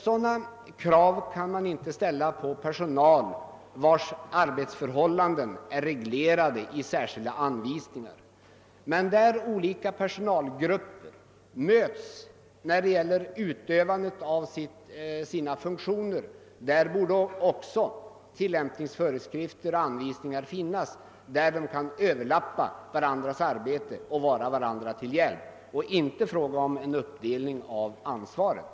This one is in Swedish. Sådana krav kan man inte ställa på personal vars arbetsförhållanden är reglerade i särskilda anvisningar. Men där olika personalgrupper möts i utövandet av sina funktioner borde också sådana tillämpningsföreskrifter och anvisningar finnas att deras arbete kan överlappas och de kan vara varandra till hjälp. Det är alltså inte fråga om en uppdelning av ansvaret.